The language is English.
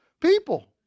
people